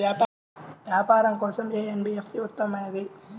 వ్యాపారం కోసం ఏ ఎన్.బీ.ఎఫ్.సి ఉత్తమమైనది?